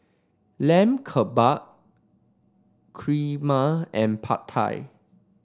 Lamb Kebab Kheema and Pad Thai